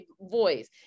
voice